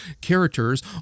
characters